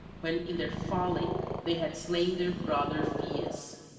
when in their folly they had slain their brother phoeus.